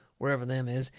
wherever them is,